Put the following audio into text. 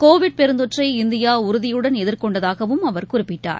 Covid பெருந்தொற்றை இந்தியாஉறுதியுடன் எதிர்கொண்டதாகவும் அவர் குறிப்பிட்டார்